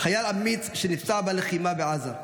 חייל אמיץ שנפצע בלחימה בעזה.